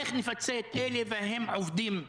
איך נפצה את אלה והם עובדים?